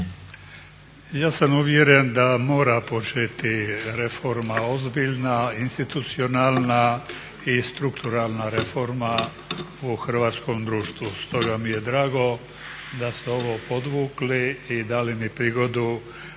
Ja sam uvjeren da mora početi reforma ozbiljna, institucionalna i strukturalna reforma u hrvatskom društvu. Stoga mi je drago da ste ovo podvukli i dali mi prigodu